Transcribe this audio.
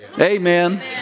Amen